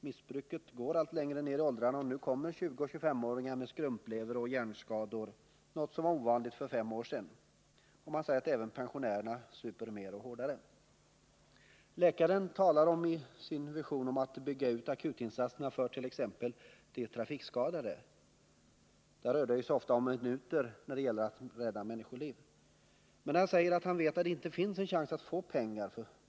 Missbruket går allt längre ner i åldrarna, och nu kommer 20 och 2S5-åringar med skrumplever och hjärnskador, något som var ovanligt för fem år sedan. Man säger att även pensionärerna super mer och hårdare. Läkaren talar om sin vision om att bygga ut akutinsatserna för t.ex. de trafikskadade. Där rör det sig ofta om minuter när det gäller att rädda människoliv. Men läkaren säger att det inte finns en chans att få pengar.